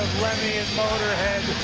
lemmy and motorhead,